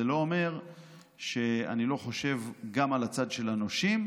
זה לא אומר שאני לא חושב גם על הצד של הנושים.